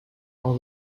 all